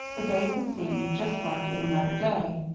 the day had seemed just like any other day.